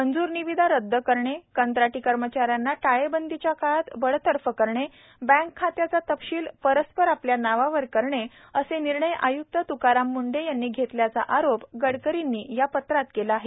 मंजूर निविदा रद्द करणे कंत्राटी कर्मचाऱ्यांना टाळेबंदीच्या काळात बडतर्फ करणे बँक खात्याचा तपशील परस्पर आपल्या नावावर करणे असे निर्णय आयुक्त तुकाराम मुंढे यांनी घेतल्याचा आरोप गडकरींनी या पत्रात केला आहे